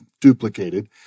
duplicated